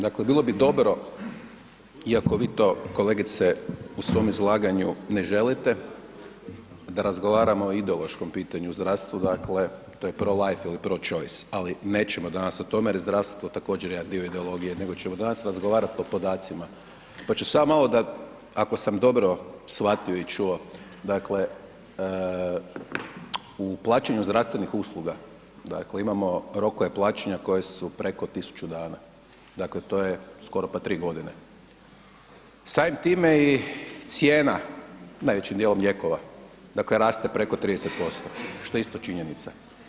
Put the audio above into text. Dakle, bilo bi dobro iako vi to kolegice u svom izlaganju ne želite da razgovaramo o ideološkom pitanju u zdravstvu, dakle to je pro-life ili pro-choice, ali nećemo danas o tome jer je u zdravstvu to također jedan dio ideologije, nego ćemo danas razgovarat o podacima, pa ću se ja malo da, ako sam dobro shvatio i čuo, dakle u plaćanju zdravstvenih usluga dakle imamo rokove plaćanja koje su preko 1000 dana, dakle to je skoro pa 3.g., samim time i cijena, najvećim dijelom lijekova, dakle raste preko 30%, što je isto činjenica.